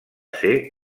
ser